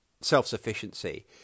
self-sufficiency